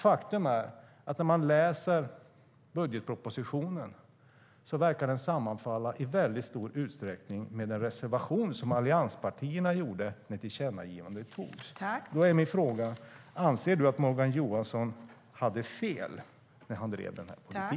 Faktum är att när man läser budgetpropositionen verkar den i väldigt stor utsträckning sammanfalla med den reservation som allianspartierna gjorde när tillkännagivandet antogs.